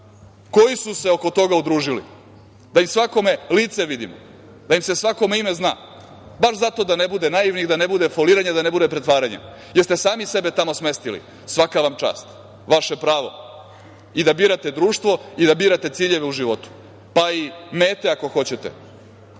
koji su se oko toga udružili, da im svakome lice vidimo, da im se svakome ime zna, baš zato da ne bude naivnih, da ne bude foliranja, da ne bude pretvaranja. Sami ste sebe tamo smestili. Svaka vam čast. Vaše pravo. I da birate društvo i da birate ciljeve u životu, pa i mete ako hoćete.